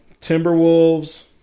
Timberwolves